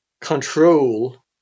control